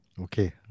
Okay